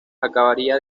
acabaría